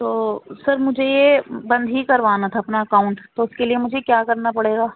تو سر مجھے یہ بند ہی کروانا تھا اپنا اکاؤنٹ تو اس کے لیے مجھے کیا کرنا پڑے گا